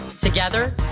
Together